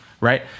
right